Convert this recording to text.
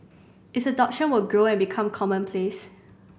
its adoption will grow and become commonplace